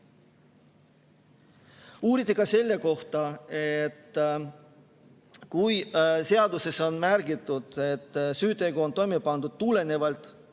Uuriti ka selle kohta, et seaduses on märgitud, et süütegu on toime pandud tulenevalt